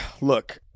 Look